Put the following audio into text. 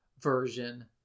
version